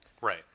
Right